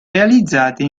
realizzate